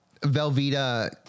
Velveeta